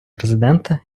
президента